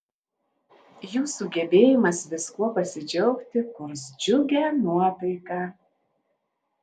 jūsų gebėjimas viskuo pasidžiaugti kurs džiugią nuotaiką